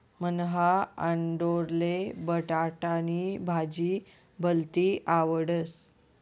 मन्हा आंडोरले बटाटानी भाजी भलती आवडस